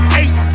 eight